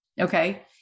Okay